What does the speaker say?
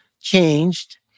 changed